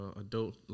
adult